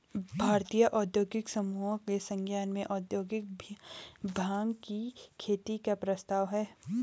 भारतीय औद्योगिक समूहों के संज्ञान में औद्योगिक भाँग की खेती का प्रस्ताव है